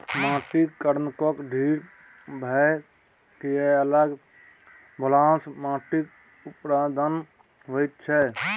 माटिक कणकेँ ढील भए कए अलग भेलासँ माटिक अपरदन होइत छै